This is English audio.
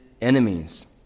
enemies